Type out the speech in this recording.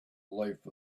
life